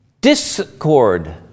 discord